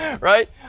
right